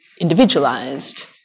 individualized